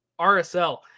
RSL